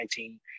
2019